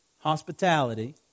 hospitality